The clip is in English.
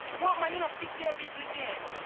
what, man? you no fix your business yet?